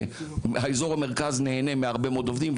שאזור המרכז נהנה מהרבה מאוד עובדים,